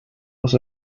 was